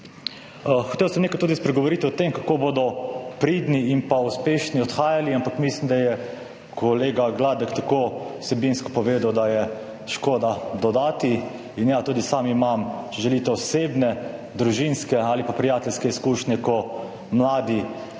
Hotel sem nekaj spregovoriti tudi o tem, kako bodo pridni in uspešni odhajali, ampak mislim, da je kolega Gladek tako vsebinsko povedal, da je škoda karkoli dodajati. Tudi sam imam, če želite, osebne, družinske ali pa prijateljske izkušnje, ko mladi